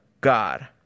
God